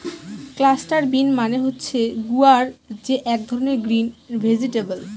cluster bean মানে হচ্ছে গুয়ার যে এক ধরনের গ্রিন ভেজিটেবল